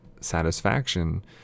satisfaction